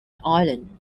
island